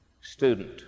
student